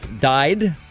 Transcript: died